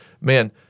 man